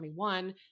2021